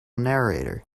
narrator